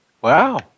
Wow